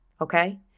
okay